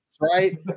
right